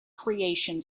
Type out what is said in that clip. creation